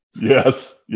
yes